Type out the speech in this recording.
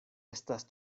estas